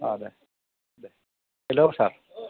दे दे हेलो सार